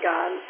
God